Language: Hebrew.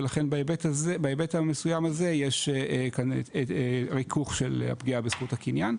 ולכן בהיבט המסוים הזה יש כאן ריכוך של הפגיעה בזכות הקניין,